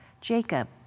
Jacob